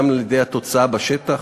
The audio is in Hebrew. גם על-ידי התוצאה בשטח.